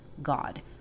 God